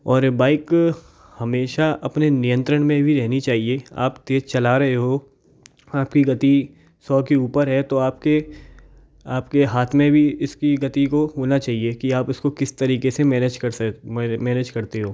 और बाइक हमेशा अपने नियंत्रण मे भी रहनी चाहिए आप तेज़ चला रहे हो आपकी गति सौ के ऊपर है तो आप के आप के हाथ मे भी इसकी गति को होना चाहिए कि आप उसको किस तरीक़े से मैनेज कर सक मैनेज करते हो